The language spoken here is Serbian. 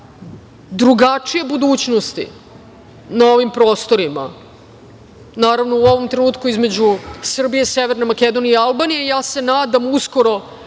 drugačije budućnosti na ovim prostorima, naravno u ovom trenutku između Srbije, Severne Makedonije i Albanije, ja se nadam uskoro